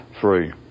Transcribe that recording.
free